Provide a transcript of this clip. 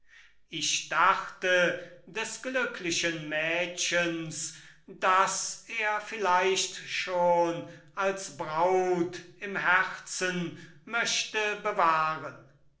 ich dachte des glücklichen mädchens das er vielleicht schon als braut im herzen möchte bewahren